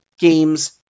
games